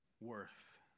worth